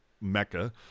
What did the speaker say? Mecca